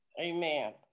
Amen